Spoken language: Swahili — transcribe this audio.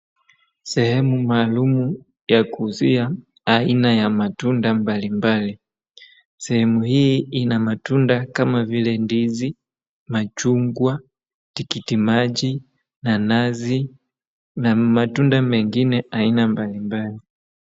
Sehemu maalumu ya kuuzia aina ya matunda mbali mbali, sehemu hii ina matunda kama vile ndizi, machungwa, tikiti maji, nanazi na matunda mengine aina mbalimbali.